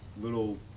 little